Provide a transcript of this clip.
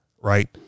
right